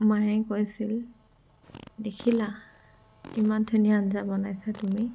মায়ে কৈছিল দেখিলা ইমান ধুনীয়া আঞ্জা বনাইছা তুমি